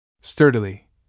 Sturdily